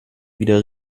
wieder